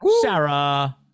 Sarah